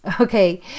Okay